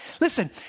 Listen